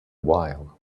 while